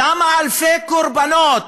כמה אלפי קורבנות,